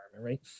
Right